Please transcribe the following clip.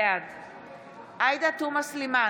בעד עאידה תומא סלימאן,